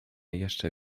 jeszcze